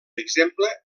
exemple